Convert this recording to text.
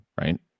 right